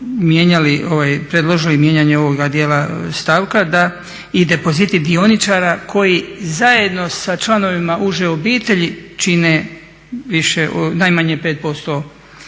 predložili mijenjanje ovoga dijela stavka da i depoziti dioničara koji zajedno sa članovima uže obitelji čine najmanje 5% u temeljnom